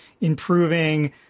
improving